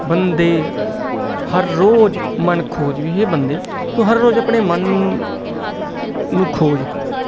ਬੰਦੇ ਹਰ ਰੋਜ਼ ਮਨ ਖੋਜ ਵੀ ਹੇ ਬੰਦੇ ਤੂੰ ਹਰ ਰੋਜ਼ ਆਪਣੇ ਮਨ ਨੂੰ ਖੋਜ